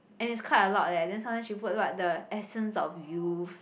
and it's quite a lot eh then sometimes she put what the essence of youth